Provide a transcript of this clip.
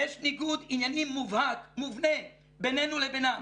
יש ניגוד עניינים מובהק, מובנה בינינו לבינם